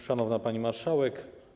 Szanowna Pani Marszałek!